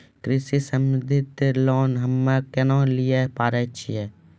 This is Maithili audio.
कृषि संबंधित लोन हम्मय केना लिये पारे छियै?